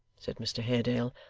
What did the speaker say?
said mr haredale,